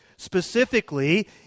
Specifically